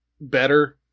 better